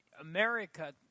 America